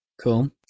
Cool